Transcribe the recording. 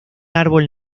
árbol